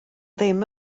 ddim